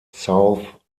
south